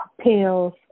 pills